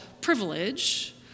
privilege